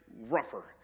rougher